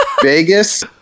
Vegas